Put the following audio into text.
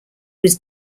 was